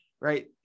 right